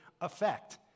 effect